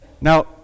Now